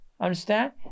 Understand